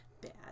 bad